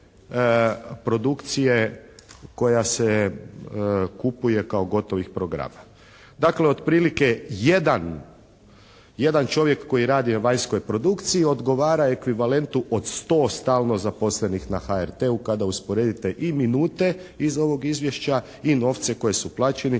produkcije koja se kupuje kao gotovi program. Dakle otprilike jedan čovjek koji radi na vanjskoj produkciji odgovara ekvivalentu od 100 stalno zaposlenih na HRT-u kada usporedite i minute iz ovog izvješća i novce koji su uplaćeni,